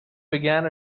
began